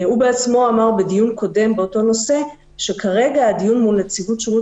הוא בעצמו אמר בדיון קודם באותו נושא שכרגע הדיון מול נציבות שירות